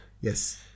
Yes